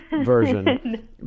version